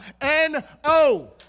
N-O